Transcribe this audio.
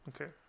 okay